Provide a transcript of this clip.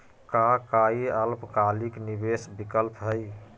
का काई अल्पकालिक निवेस विकल्प हई?